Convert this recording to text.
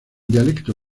dialecto